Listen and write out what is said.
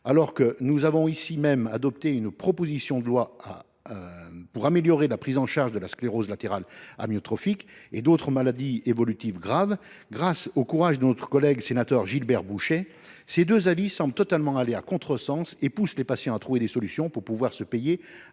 Alors que nous avons ici même adopté une proposition de loi pour améliorer la prise en charge de la sclérose latérale amyotrophique et d’autres maladies évolutives graves, grâce au courage de notre collègue sénateur Gilbert Bouchet, ces deux avis semblent aller totalement à contresens et poussent les patients à trouver des solutions pour payer